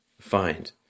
find